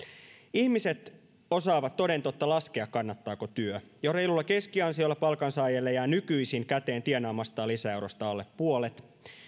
ihmiset osaavat toden totta laskea kannattaako työ jo reilulla keskiansiolla palkansaajalle jää nykyisin käteen tienaamastaan lisäeurosta alle puolet